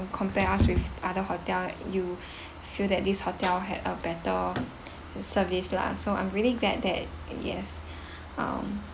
compare us with other hotel you feel that this hotel had a better service lah so I'm really glad that yes um